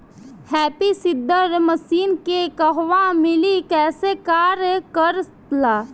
Happy seeder machine के कहवा मिली कैसे कार कर ला?